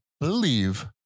believe